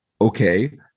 Okay